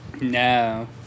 No